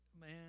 Man